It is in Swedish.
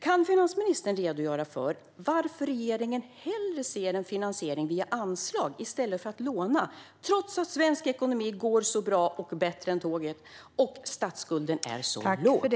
Kan finansministern redogöra för varför regeringen hellre ser en finansiering via anslag än lån, trots att svensk ekonomi går så bra och bättre än tåget och statsskulden är så låg?